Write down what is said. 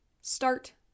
Start